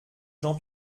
jean